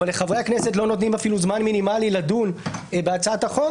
אבל לחברי הכנסת לא נותנים אפילו זמן מינימלי לדון בהצעת החוק.